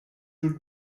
would